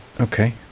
okay